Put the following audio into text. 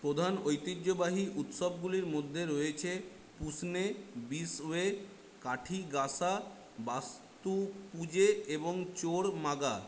প্রধান ঐতিহ্যবাহী উৎসবগুলির মধ্যে রয়েছে পুসনে বিসওয়ে কাঠি গাসা বাস্তু পুজে এবং চোর মাগা